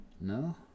No